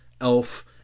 elf